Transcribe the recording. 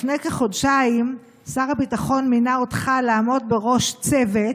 לפני כחודשיים שר הביטחון מינה אותך לעמוד בראש צוות,